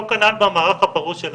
אותו כנ"ל במערך הפרוס שלנו.